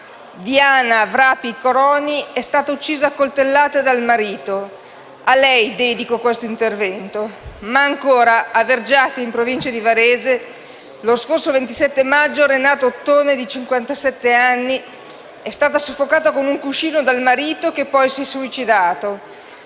Diana Vrapi Koni è stata uccisa a coltellate dal marito. A lei dedico questo intervento. Ma ancora: A Vergiate, in provincia di Varese, lo scorso 27 maggio, Renata Ottone, di cinquantasette anni, è stata soffocata con un cuscino dal marito, che poi si è suicidato.